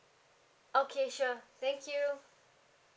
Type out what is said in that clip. okay sure thank you